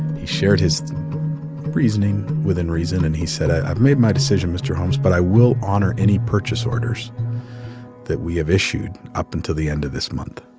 he shared his reasoning within reason. and he said, i've made my decision, mr. holmes, but i will honor any purchase orders that we have issued up until the end of this month.